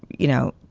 you know,